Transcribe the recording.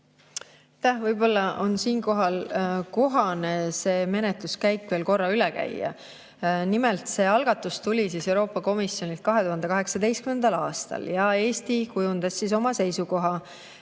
Aitäh! Võib-olla on siinkohal kohane see menetluskäik veel korra üle käia. Nimelt, see algatus tuli Euroopa Komisjonilt 2018. aastal ja Eesti kujundas oma seisukoha